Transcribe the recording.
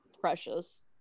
Precious